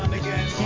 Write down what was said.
again